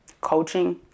coaching